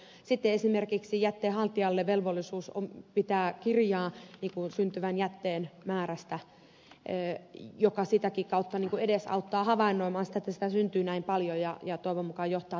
sitten tulee esimerkiksi jätteenhaltijalle velvollisuus pitää kirjaa syntyvän jätteen määrästä mikä sekin ikään kuin edesauttaa havainnoimaan sitä että sitä syntyy näin paljon ja mikä toivon mukaan johtaa toimenpiteisiin